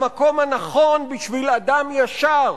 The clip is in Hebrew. המקום הנכון בשביל אדם ישר